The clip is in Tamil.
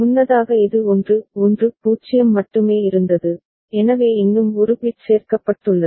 முன்னதாக இது 1 1 0 மட்டுமே இருந்தது எனவே இன்னும் ஒரு பிட் சேர்க்கப்பட்டுள்ளது